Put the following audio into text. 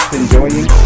enjoying